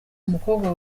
umukobwa